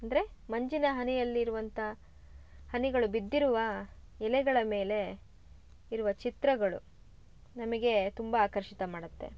ಅಂದರೆ ಮಂಜಿನ ಹನಿಯಲ್ಲಿರುವಂತ ಹನಿಗಳು ಬಿದ್ದಿರುವ ಎಲೆಗಳ ಮೇಲೆ ಇರುವ ಚಿತ್ರಗಳು ನಮಗೆ ತುಂಬ ಆಕರ್ಷಿತ ಮಾಡುತ್ತೆ